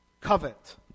covet